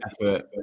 effort